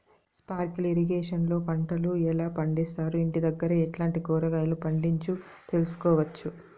Sprinkle irrigation లో పంటలు ఎలా పండిస్తారు, ఇంటి దగ్గరే ఎట్లాంటి కూరగాయలు పండించు తెలుసుకోవచ్చు?